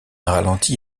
ralenti